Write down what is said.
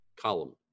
Column